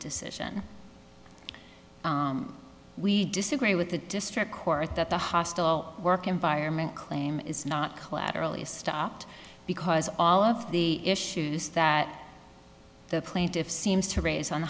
decision we disagree with the district court that the hostile work environment claim is not collateral is stopped because all of the issues that the plaintiffs seems to raise on